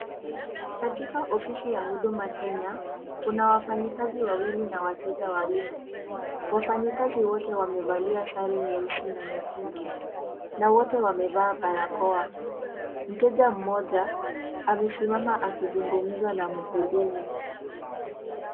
Katika ofisi ya Huduma Kenya kuna wafanyikazi wawili na wateja wawili. Wafanyikazi wote wamevalia sare nyeusi na nyekundu na wote wamevaa barakoa. Mteja mmoja amesimama akizungumza na mhudumu.